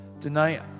Tonight